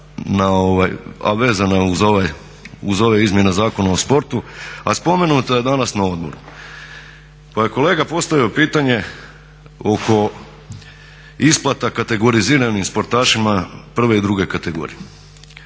a vezana je uz ove izmjene Zakona o sportu, a spomenuto je danas na odboru pa je kolega postavio pitanje oko isplate kategoriziranih sportašima prve i druge kategorije.